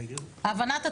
הבנת הצח"י,